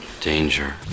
Danger